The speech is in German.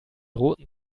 roten